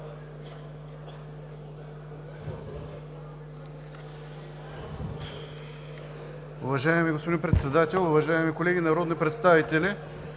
Уважаеми господин Председател, уважаеми колеги народни представители!